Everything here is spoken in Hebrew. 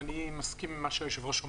אני מסכים עם מה שאומר היושב-ראש.